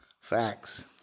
Facts